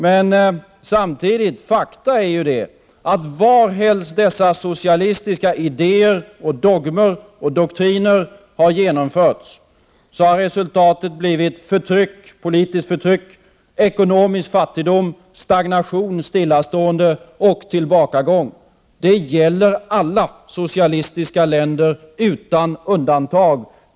Men fakta är ju att varhelst dessa socialistiska idéer, dogmer och doktriner har genomförts har resultatet blivit politiskt förtryck, ekonomisk fattigdom, stagnation, stillastående och tillbakagång. Det gäller alla socialistiska länder utan undantag.